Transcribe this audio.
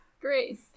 Great